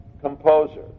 composer